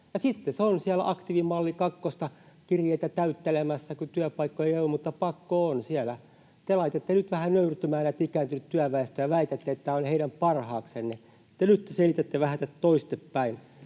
sitten se on siellä aktiivimalli kakkosta, kirjeitä täyttelemässä, kun työpaikkoja ei ole mutta on pakko olla siellä. Te laitatte nyt vähän nöyrtymään tätä ikääntynyttä työväestöä ja väitätte, että tämä on heidän parhaaksensa. Nyt te selitätte tätä vähän toistepäin.